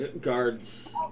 guards